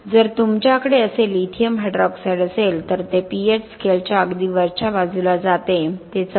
जर तुमच्याकडे असे लिथियम हायड्रॉक्साइड असेल तर ते पीएच स्केलच्या अगदी वरच्या बाजूला जाते ते 14